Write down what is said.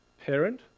parent